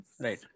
Right